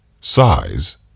size